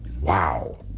Wow